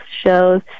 shows